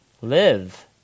live